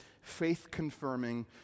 faith-confirming